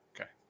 Okay